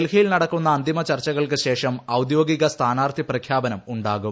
ഡൽഹിയിൽ നടക്കുന്ന അന്തിമ ചർച്ചകൾക്കുശേഷം ഔദ്യോഗിക സ്ഥാനാർത്ഥി പ്രഖ്യാപനം ഉണ്ടാകും